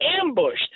ambushed